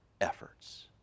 efforts